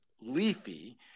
leafy